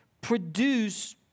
produce